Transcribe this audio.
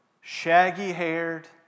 shaggy-haired